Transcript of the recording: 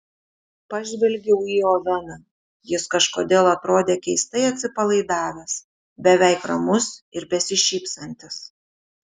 pažvelgiau į oveną jis kažkodėl atrodė keistai atsipalaidavęs beveik ramus ir besišypsantis